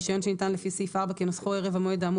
רישיון שניתן לפי סעיף 4 כנוסחו ערב המועד האמור